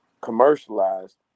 commercialized